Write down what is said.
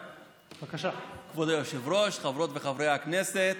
כבוד היושב-ראש, חברות וחברי הכנסת,